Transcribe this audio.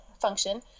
function